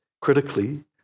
critically